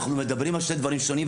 אנחנו מדברים על שני דברים שונים.